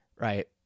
right